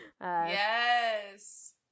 Yes